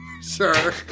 sir